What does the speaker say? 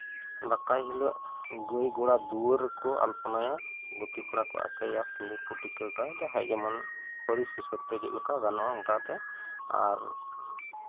ᱫᱟᱠᱟᱭ ᱦᱤᱞᱳᱜ ᱜᱟᱹᱭ ᱜᱚᱲᱟ ᱫᱩᱣᱟᱹᱨ ᱠᱚ ᱟᱞᱚᱯᱚᱱᱟᱭᱟ ᱜᱩᱛᱤ ᱠᱚᱲᱟ ᱠᱚ ᱟᱸᱠᱟᱭᱭᱟ ᱟᱨ ᱠᱚ ᱴᱤᱠᱟᱹᱜᱟ ᱡᱟᱸᱦᱟᱭ ᱡᱮᱢᱚᱱ ᱯᱟᱹᱨᱤᱥ ᱦᱤᱥᱟᱹᱵᱛᱮ ᱪᱮᱫ ᱞᱮᱠᱟ ᱜᱟᱱᱚᱜᱼᱟ ᱚᱱᱠᱟᱜᱮ ᱟᱨ